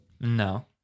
No